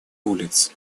улиц